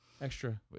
extra